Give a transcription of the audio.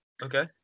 Okay